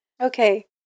Okay